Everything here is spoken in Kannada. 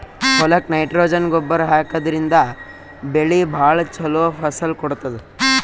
ಹೊಲಕ್ಕ್ ನೈಟ್ರೊಜನ್ ಗೊಬ್ಬರ್ ಹಾಕಿದ್ರಿನ್ದ ಬೆಳಿ ಭಾಳ್ ಛಲೋ ಫಸಲ್ ಕೊಡ್ತದ್